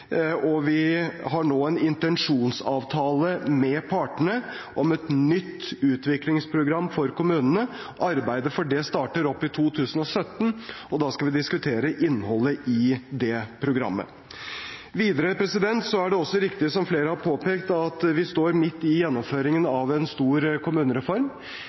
og vi har nå en intensjonsavtale med partene om et nytt utviklingsprogram for kommunene. Arbeidet for det starter opp i 2017, og da skal vi diskutere innholdet i det programmet. Videre er det også riktig som flere har påpekt, at vi står midt i gjennomføringen av en stor kommunereform.